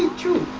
to